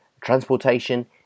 transportation